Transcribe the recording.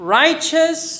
righteous